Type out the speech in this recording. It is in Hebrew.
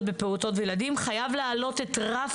בפעוטות וילדים חייבים להעלות את רף